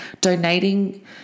donating